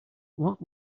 what